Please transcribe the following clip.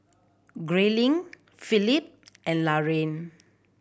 Grayling Philip and Laraine